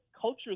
culture